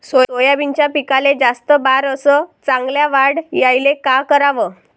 सोयाबीनच्या पिकाले जास्त बार अस चांगल्या वाढ यायले का कराव?